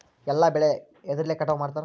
ಎಲ್ಲ ಬೆಳೆ ಎದ್ರಲೆ ಕಟಾವು ಮಾಡ್ತಾರ್?